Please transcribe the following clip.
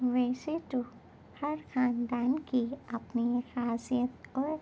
ویسے تو ہر خاندان کی اپنی ایک خاصیت اور